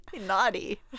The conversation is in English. naughty